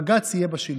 בג"ץ יהיה בשלטון.